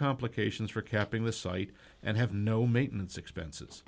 complications for capping the site and have no maintenance expenses